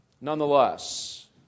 Nonetheless